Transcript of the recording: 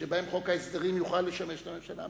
שבהם חוק ההסדרים יוכל לשמש את הממשלה.